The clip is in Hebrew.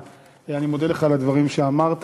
אני מודה לך על הדברים שאמרת.